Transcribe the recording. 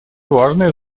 важная